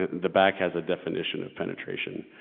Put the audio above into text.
the back has a definition of penetration,